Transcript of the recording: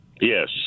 Yes